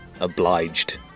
Obliged